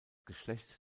geschlecht